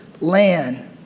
land